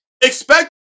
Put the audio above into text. expect